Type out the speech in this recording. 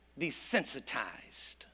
desensitized